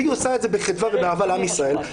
והיא עושה את זה בחדווה ובאהבה לעם ישראל,